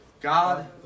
God